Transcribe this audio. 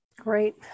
great